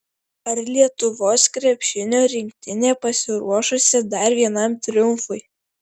ar lietuvos krepšinio rinktinė pasiruošusi dar vienam triumfui